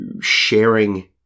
sharing